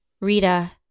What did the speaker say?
Rita